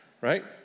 right